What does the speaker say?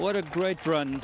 what a great run